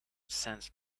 sense